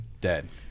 dead